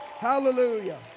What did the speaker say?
Hallelujah